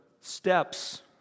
steps